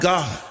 God